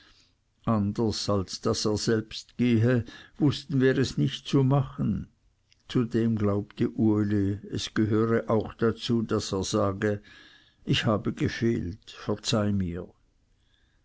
anders als daß er selbst gehe wußten wir es nicht zu machen zudem glaubte uli es gehöre auch dazu daß er sage ich habe gefehlt verzeih mir